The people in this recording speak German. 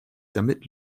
damit